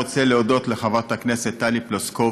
אני רוצה להודות לחברת הכנסת טלי פלוסקוב